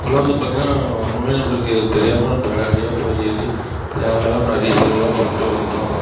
அப்போலாம் வந்து பார்த்திங்கன்னா ஒன்றுமே நம்மளுக்கு தெரியாமல் நம்ம கடைக்கடையாக போய் ஏறி தேவையில்லாமல் நிறைய செலவுலாம் பண்ணிட்டு வந்துட்டோம்